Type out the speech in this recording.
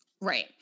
Right